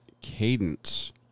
cadence